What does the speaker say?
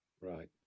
right